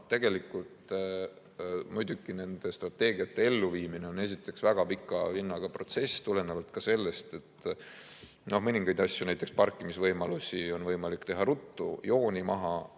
Tegelikult muidugi on nende strateegiate elluviimine väga pika vinnaga protsess, tulenevalt ka sellest, et mõningaid asju, näiteks parkimisvõimalusi, on võimalik teha ruttu, jooni